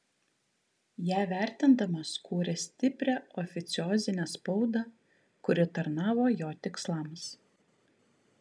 ją vertindamas kūrė stiprią oficiozinę spaudą kuri tarnavo jo tikslams